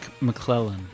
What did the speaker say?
McClellan